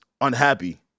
unhappy